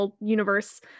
universe